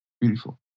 beautiful